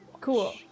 Cool